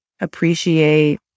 appreciate